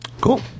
Cool